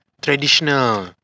traditional